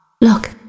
Look